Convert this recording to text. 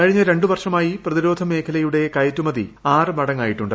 കഴിഞ്ഞ രണ്ടുവർഷമായി പ്രതിരോധമേഖല യുടെ കയറ്റുമതി ആറ് മടങ്ങായിട്ടുണ്ട്